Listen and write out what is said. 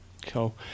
Cool